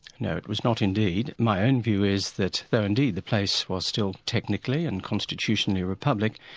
no, it was not indeed. my own view is that, though indeed the place was still technically and constitutionally a republic,